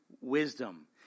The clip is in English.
wisdom